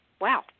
Wow